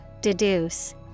deduce